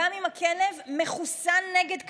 גם אם כלב מחוסן נגד כלבת,